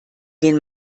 den